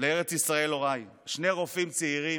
ישראל הוריי, שני רופאים צעירים,